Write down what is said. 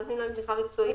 נותנים להם תמיכה מקצועית,